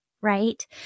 right